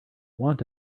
want